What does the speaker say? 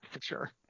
sure